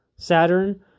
Saturn